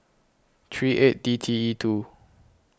three eight D T E two